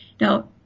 Now